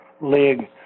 league